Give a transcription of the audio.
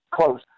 close